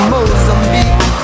Mozambique